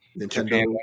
Nintendo